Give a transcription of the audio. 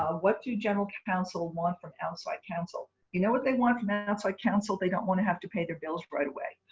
ah what do general counsel want from outside counsel? you know what they want from an outside counsel? they don't want to have to pay their bills right away.